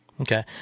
okay